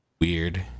weird